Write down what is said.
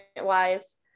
wise